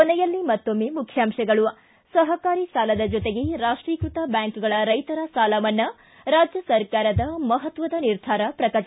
ಕೊನೆಯಲ್ಲಿ ಮತ್ತೊಮ್ನೆ ಮುಖ್ಯಾಂಶಗಳು ಸಹಕಾರಿ ಸಾಲದ ಜೊತೆಗೆ ರಾಷ್ಟೀಕೃತ ಬ್ಯಾಂಕುಗಳ ರೈತರ ಸಾಲ ಮನ್ನಾ ರಾಜ್ವ ಸರ್ಕಾರ ಮಹತ್ವದ ನಿರ್ಧಾರ ಪ್ರಕಟ